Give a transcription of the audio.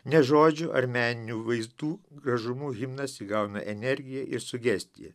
ne žodžių ar meninių vaizdų gražumu himnas įgauna energiją ir sugestiją